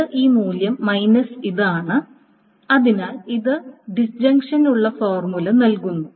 ഇത് ഈ മൂല്യം മൈനസ് ഇത് ആണ് അതിനാൽ ഇത് ഡിസ്ഞ്ചക്ഷനുള്ള ഫോർമുല നൽകുന്നു